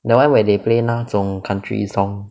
that [one] where they play 那种 country song